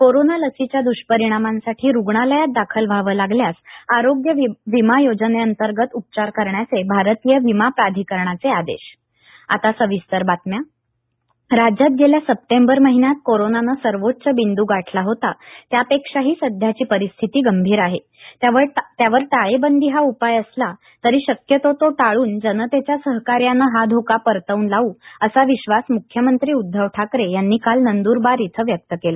corona लसीच्या दृष्परिणामांसाठी रुग्णालयात दाखल व्हावं लागल्यास आरोग्य विमा योजनेअंतर्गत उपचार करण्याचे भारतीय विमा प्राधिकरणाचे आदेश म्ख्यमंत्री नंद्रबार राज्यात गेल्या सप्टेंबर महिन्यात कोरोनानं सर्वोच्च बिंद् गाठला होता त्यापेक्षाही सध्याची परिस्थिती गंभीर आहे त्यावर टाळेबंदी हा उपाय असला तरी शक्यतो तो टाळून जनतेच्या सहकार्यानं हा धोका परतवून लावू असा विश्वास मुख्यमंत्री उदधव ठाकरे यांनी काल नंदुरबार इथं व्यक्त केला